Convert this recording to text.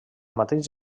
mateix